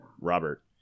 robert